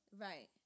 Right